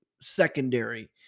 Secondary